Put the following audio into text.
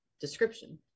description